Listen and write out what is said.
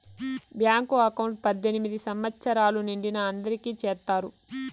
bank account పద్దెనిమిది సంవచ్చరాలు నిండిన అందరికి చేత్తారు